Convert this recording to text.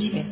છે